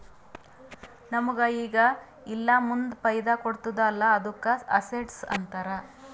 ನಮುಗ್ ಈಗ ಇಲ್ಲಾ ಮುಂದ್ ಫೈದಾ ಕೊಡ್ತುದ್ ಅಲ್ಲಾ ಅದ್ದುಕ ಅಸೆಟ್ಸ್ ಅಂತಾರ್